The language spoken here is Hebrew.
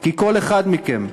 כי כל אחד מכם,